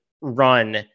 run